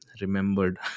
remembered